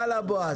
יאללה, בועז.